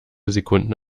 sekunden